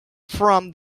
from